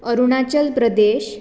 Arunachal Pradesh